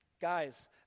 Guys